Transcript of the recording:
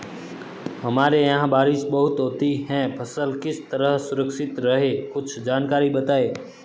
हमारे यहाँ बारिश बहुत होती है फसल किस तरह सुरक्षित रहे कुछ जानकारी बताएं?